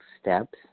steps